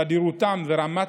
תדירותן ורמות